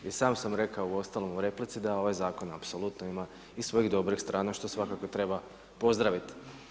I sam sam rekao uostalom u replici da ovaj zakon apsolutno ima i svojih dobrih strana što svakako treba pozdraviti.